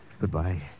goodbye